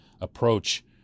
approach